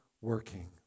working